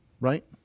right